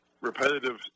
repetitive